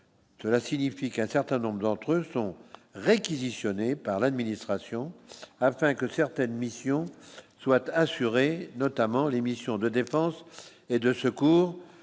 cela signifie qu'un certain nombre d'entre eux sont réquisitionnés par l'administration afin que certaines missions soit assurée notamment les missions de défense et de secours